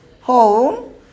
home